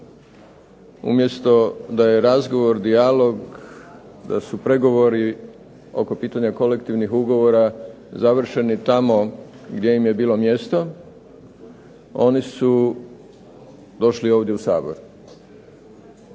Umjesto da je razgovor, dijalog da su pregovori oko pitanja kolektivnih ugovora završeni tamo gdje im je bilo mjesto, oni su došli ovdje u Sabor.